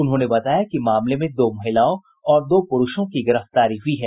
उन्होंने बताया कि मामले में दो महिलाओं और दो पुरूषों की गिरफ्तारी हुई है